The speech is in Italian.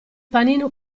panino